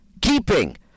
keeping